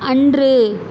அன்று